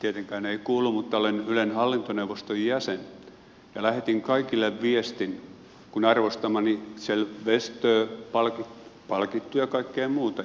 tietenkään ei kuulu mutta olen ylen hallintoneuvoston jäsen ja lähetin kaikille viestin kun arvostamastani kjell westöstä palkittu ja kaikkea muuta